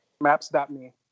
maps.me